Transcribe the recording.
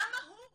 למה הוא